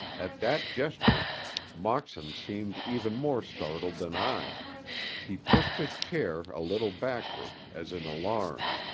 at that gesture moxon seemed even more startled than i he pushed his chair a little backward, as in alarm.